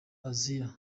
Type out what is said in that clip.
asia